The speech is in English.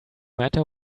matter